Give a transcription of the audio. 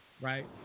right